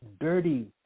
dirty